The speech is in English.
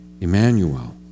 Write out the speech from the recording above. Emmanuel